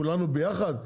כולנו ביחד?